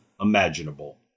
imaginable